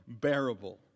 bearable